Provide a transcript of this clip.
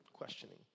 questioning